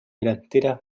delanteras